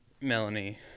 Melanie